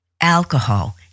Alcohol